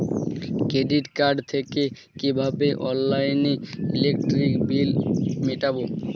Credit card থেকে কিভাবে অনলাইনে ইলেকট্রিক বিল মেটাবো?